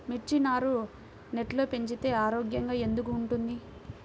మిర్చి నారు నెట్లో పెంచితే ఆరోగ్యంగా ఎందుకు ఉంటుంది?